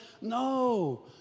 no